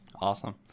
awesome